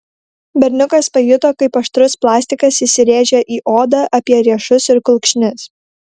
berniukas pajuto kaip aštrus plastikas įsirėžia į odą apie riešus ir kulkšnis